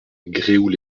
gréoux